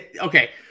Okay